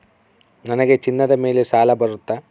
ನನಗೆ ಚಿನ್ನದ ಮೇಲೆ ಸಾಲ ಬರುತ್ತಾ?